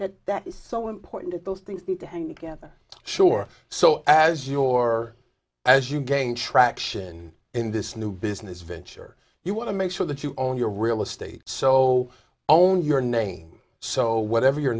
that that is so important those things need to hang together sure so as your as you gain traction in this new business venture you want to make sure that you own your real estate so own your name so whatever your